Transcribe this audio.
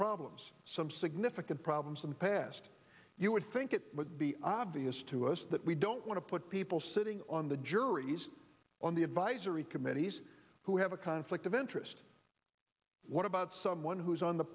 problems some significant problems in the past you would think it would be obvious to us that we don't want to put people sitting on the juries on the advisory committees who have a conflict of interest what about someone who is on the